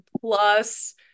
plus